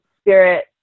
spirit